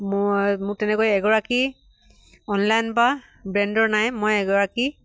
মই মোক তেনেকৈ এগৰাকী অনলাইন বা ব্ৰেণ্ডৰ নাই মই এগৰাকী